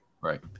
Right